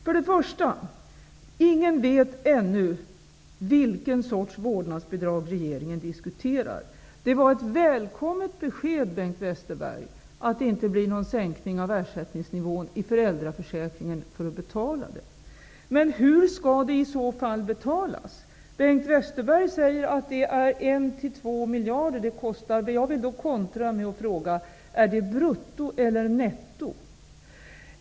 Först och främst vet ingen ännu vilken sorts vårdnadsbidrag som regeringen diskuterar. Det var ett välkommet besked, Bengt Westerberg, att det inte blir någon sänkning av ersättningsnivån i föräldraförsäkringen för att betala vårdnadsbidraget. Men hur skall det i så fall betalas? Bengt Westerberg säger att vårdnadsbidraget kostar 1--2 miljarder. Jag vill då kontra med att fråga: Är det brutto eller netto?